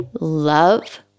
love